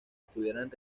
estuvieran